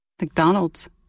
McDonald's